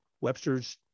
Webster's